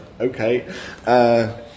okay